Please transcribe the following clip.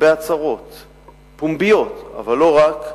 בהצהרות פומביות, אבל לא רק,